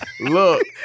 Look